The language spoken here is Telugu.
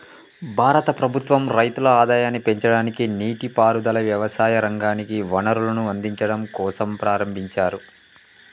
భారత ప్రభుత్వం రైతుల ఆదాయాన్ని పెంచడానికి, నీటి పారుదల, వ్యవసాయ రంగానికి వనరులను అందిచడం కోసంప్రారంబించారు